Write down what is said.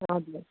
हजुर